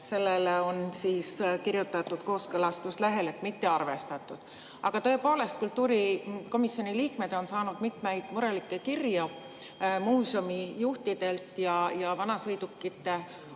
Selle kohta on kirjutatud kooskõlastuslehel, et mitte arvestatud. Aga kultuurikomisjoni liikmed on saanud mitmeid murelikke kirju muuseumijuhtidelt ja vanasõidukite